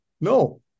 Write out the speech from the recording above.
no